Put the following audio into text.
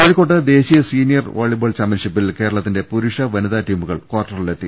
കോഴിക്കോട്ട് ദേശീയ senior volleyball ചാമ്പ്യൻഷി പ്പിൽ കേരളത്തിന്റെ പുരുഷ വനിതാ ടീമുകൾ കാർട്ടറിലെത്തി